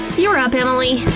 you're up, emily!